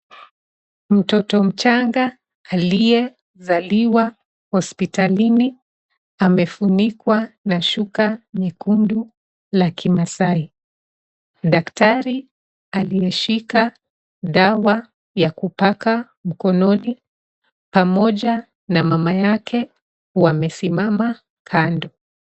Mtoto mchanga aliyezaliwa hospitalini amefunikwa na shuka nyekundu la kimasai. Daktari aliyeshika dawa ya kupaka mkononi pamoja na mama yake wamesimama kando.